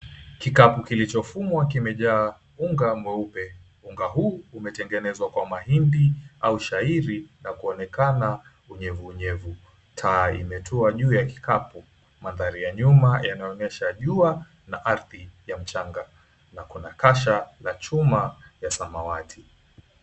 Kikapu kilichofumwa kimejaa unga mweupe, unga huu umetengenezwa kwa mahindi au shahiri na kuonekana unyevunyevu, taa imetua juu ya kikapu. Mandhari ya nyuma yanaonyesha jua na ardhi ya mchanga na kuna kasha la chuma la samawati.